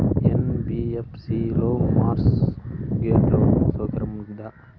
NBFC లో mortgage loan సౌకర్యం ఉందా?